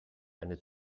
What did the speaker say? eine